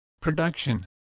production